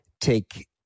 take